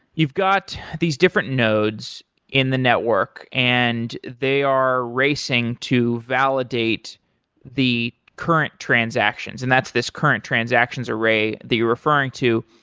you've got these different nodes in the network and they are racing to validate the current transactions, and that's this current transactions array that you're referring to.